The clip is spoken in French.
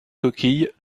coquilles